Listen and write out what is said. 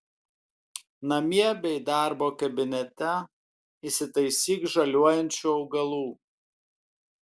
namie bei darbo kabinete įsitaisyk žaliuojančių augalų